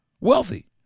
Wealthy